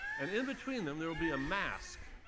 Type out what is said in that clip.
and in between them there will be a mask,